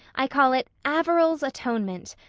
i call it averil's atonement.